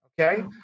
Okay